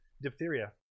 diphtheria